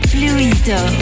Fluido